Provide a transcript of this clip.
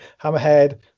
Hammerhead